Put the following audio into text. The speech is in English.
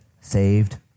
saved